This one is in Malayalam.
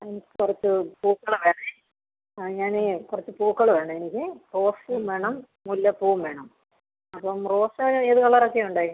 എനിക്ക് കുറച്ച് പൂക്കൾ വേണേ ആ ഞാൻ കുറച്ച് പൂക്കൾ വേണം എനിക്ക് റോസയും വേണം മുല്ലപ്പൂവും വേണം അപ്പം റോസ് ഏത് കളറൊക്കെ ഉണ്ട്